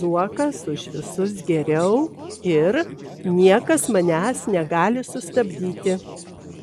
zuokas už visus geriau ir niekas manęs negali sustabdyti